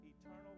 eternal